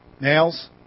Nails